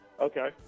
Okay